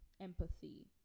empathy